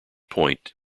point